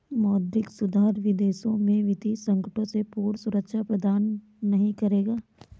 मौद्रिक सुधार विदेशों में वित्तीय संकटों से पूर्ण सुरक्षा प्रदान नहीं करेगा